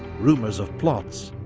rumours of plots,